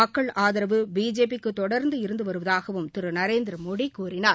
மக்கள் ஆதரவு பிஜேபி க்கு தொடர்ந்து இருந்து வருவதாகவும் திரு நரேந்திரமோடி கூறினார்